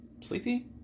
Sleepy